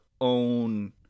own